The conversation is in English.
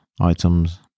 items